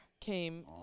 came